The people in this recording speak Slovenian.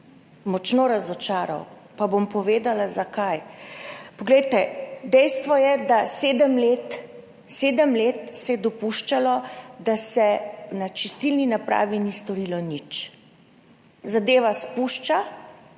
močno razočarali. Pa bom povedala, zakaj. Dejstvo je, da se je sedem let, sedem let se je dopuščalo, da se na čistilni napravi ni storilo nič. Zadeva spušča